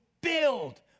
build